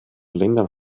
ländern